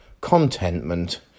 contentment